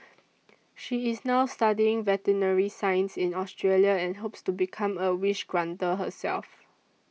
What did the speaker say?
she is now studying veterinary science in Australia and hopes to become a wish granter herself